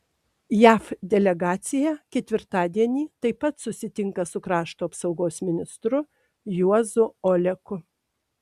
jav delegacija ketvirtadienį taip pat susitinka su krašto apsaugos ministru juozu oleku